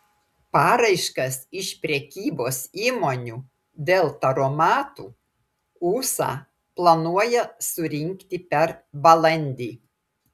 paraiškas iš prekybos įmonių dėl taromatų usa planuoja surinkti per balandį